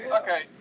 Okay